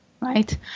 right